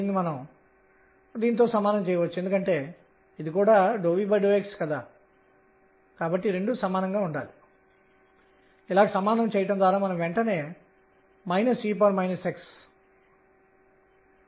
మరియు క్వాంటం నిబంధనలు pr dr nr h pdθ nhకు సమానం మరియు p nh కు సమానం మరియు మనము nr అనేది 0 1 2 మరియు మొదలైనవి అని కనుగొన్నాము